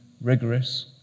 rigorous